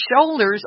shoulders